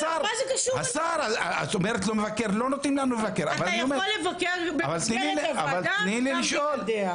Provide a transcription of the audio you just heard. אתה יכול לבקר במסגרת הוועדה וגם בלעדיה.